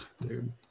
dude